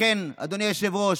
לכן, אדוני היושב-ראש,